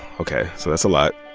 ok, so that's a lot.